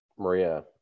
Maria